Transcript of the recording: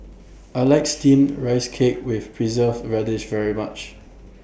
I like Steamed Rice Cake with Preserved Radish very much